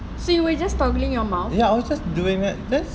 so you were just toggling your mouse